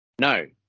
no